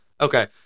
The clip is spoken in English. Okay